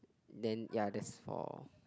then ya there's four